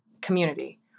community